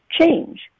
change